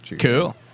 Cool